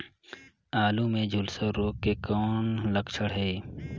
आलू मे झुलसा रोग के कौन लक्षण हे?